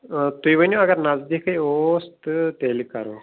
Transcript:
آ تُہۍ ؤنِو اگر نزدیٖکھٕے اوس تہٕ تیٚلہِ کَرو